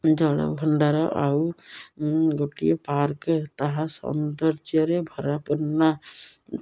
ଜଳଭଣ୍ଡାର ଆଉ ଗୋଟିଏ ପାର୍କ୍ ତାହା ସୌନ୍ଦର୍ଯ୍ୟରେ ଭରାପୂର୍ଣ୍ଣା